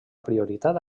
prioritat